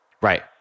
Right